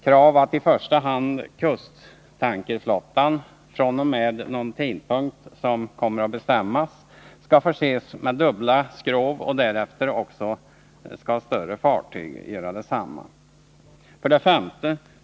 Krav att i första hand kusttankerflottan fr.o.m. någon bestämd tidpunkt skall förses med dubbla skrov. Detta skall därefter också gälla större tankfartyg. 5.